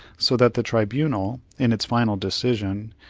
so that the tribunal, in its final decision,